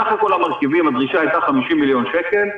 סך הכל המרכיבים, הדרישה היתה 50 מיליון שקל.